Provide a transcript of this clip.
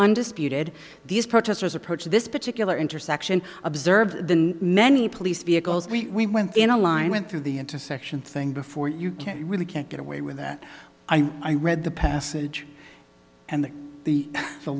undisputed these protesters approached this particular intersection observed many police vehicles we went in a line went through the intersection thing before you can really can't get away with that i read the passage and that the the